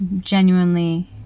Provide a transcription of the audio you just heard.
genuinely